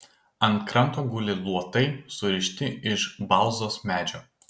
ant kranto guli luotai surišti iš balzos medžio